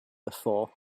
before